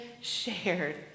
shared